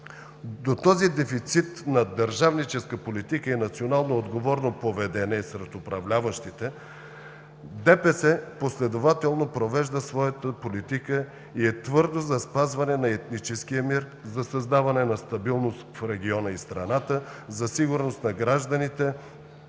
До този дефицит на държавническа политика и национално отговорно поведение сред управляващите ДПС последователно провежда своята политика и е твърдо за спазване на етническия мир, за създаване на стабилност в региона и страната, за сигурност на гражданите,